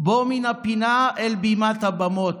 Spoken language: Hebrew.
"בוא מן הפינה אל במת הבמות".